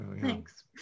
Thanks